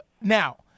Now –